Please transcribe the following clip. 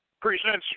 presents